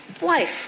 wife